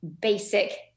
basic